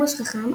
עמוס חכם,